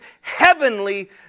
heavenly